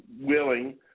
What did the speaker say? willing